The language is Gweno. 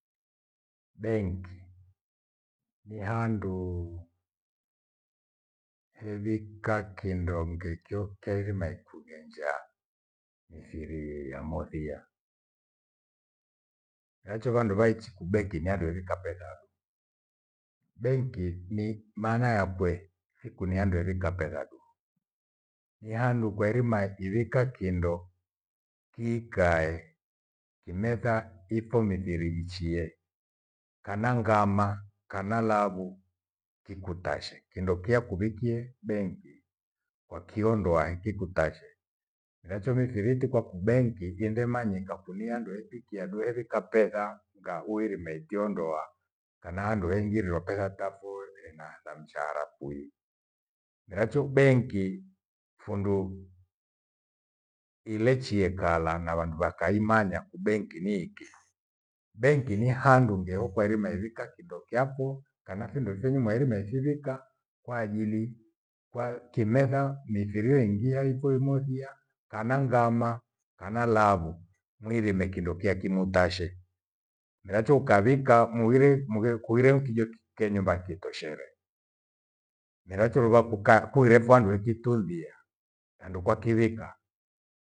Benki, ni handuu hevika kindo ngekyokei herima ikugenja mfiri ya mothia. Miracho vandu vaichi kubeki mihando enika petha adu. Benki ni- maana yakwe thikunihandu hevika petha du. Ni handu kwairima ivika kindo hikae kimetha ithomifiri gichie kana ngama, kana lavu kikutashe kindo kia kuvukuwikie benki kwakiondoahe kikutashe. Miracho mifiri eti kwako benki iende manyika kuni handu hefikia du herika petha ngauirime tiondoa. Kana handu hengi wengirwe petha tavo ena va mshahara kwui. Miracho benki fundu, ilechie kalang'a wandu wakaimanya kubenki ni iki. Benki ni handu ngehokwairima ivika kindo kyako kana findo vyenu mwairima ifivika kwaajili kwa kimetha nifiri weingia ipho imoja kana ngama, kana lavu mwirime kindo kyakimutashe miracho ukavika muhire mughekuire mkijo kukinyumba kitoshere. Miracho ruva kukaa- kurefo handu hekitumbia handu kwakiwika